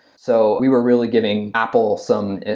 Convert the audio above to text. so, we were really getting apple some